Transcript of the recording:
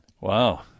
Wow